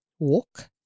Walk